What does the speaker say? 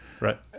Right